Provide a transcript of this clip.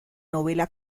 novela